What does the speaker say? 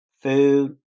food